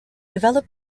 develop